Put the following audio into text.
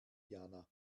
jana